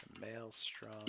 maelstrom